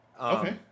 Okay